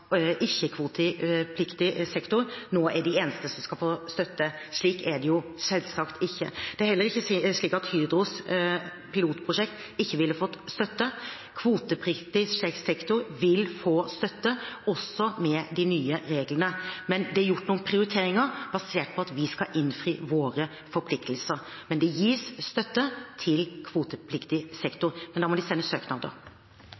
ikke-kvotepliktig sektor nå er de eneste som skal få støtte. Slik er det selvsagt ikke. Det er heller ikke slik at Hydros pilotprosjekt ikke ville fått støtte. Kvotepliktig sektor vil få støtte, også med de nye reglene, men det er gjort noen prioriteringer basert på at vi skal innfri våre forpliktelser. Det gis støtte til kvotepliktig